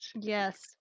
Yes